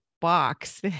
box